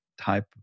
type